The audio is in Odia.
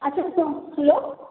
ଆଚ୍ଛା ଆଚ୍ଛା ହ୍ୟାଲୋ